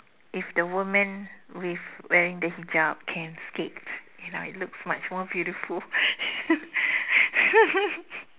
if the woman with wearing the hijab can skate you know it looks much more beautiful